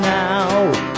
now